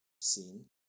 seen